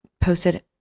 posted